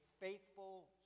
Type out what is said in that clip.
faithful